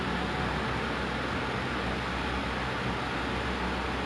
ya then they buy like bag wallet gitu which is something that